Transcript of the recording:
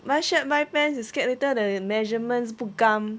buy shirt buy pants I scared later the measurements 不 gam